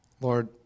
Lord